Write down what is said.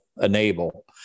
Enable